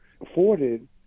afforded